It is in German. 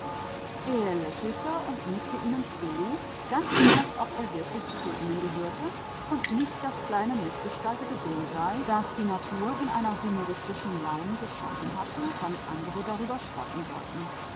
und lachte und nickte ihnen zu gerade als sei er einer von ihnen und nicht ein kleines ungestaltes ding das die natur in einer humoristischen laune gebildet hatte